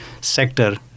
sector